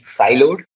siloed